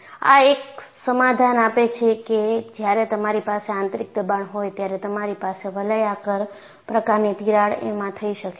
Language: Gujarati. આ એક સમાધાન આપે છે કે જ્યારે તમારી પાસે આંતરિક દબાણ હોય ત્યારે તમારી પાસે વલયાકાર પ્રકારની તિરાડ એમાં થઈ શકે છે